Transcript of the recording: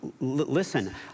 listen